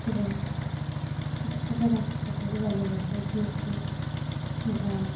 এবং ছোটো ছোটো বাচ্চাদের গালে গালেও দিয়েছিলো বা